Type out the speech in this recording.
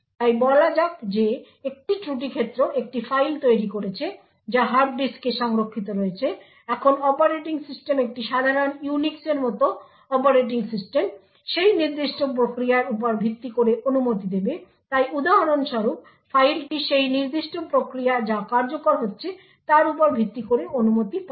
তাই বলা যাক যে একটি ত্রুটি ক্ষেত্র একটি ফাইল তৈরি করেছে যা হার্ডডিস্কে সংরক্ষিত রয়েছে এখন অপারেটিং সিস্টেম একটি সাধারণ ইউনিক্সের মতো অপারেটিং সিস্টেম সেই নির্দিষ্ট প্রক্রিয়ার উপর ভিত্তি করে অনুমতি দেবে তাই উদাহরণ স্বরূপ ফাইলটি সেই নির্দিষ্ট প্রক্রিয়া যা কার্যকর হচ্ছে তার উপর ভিত্তি করে অনুমতি পাবে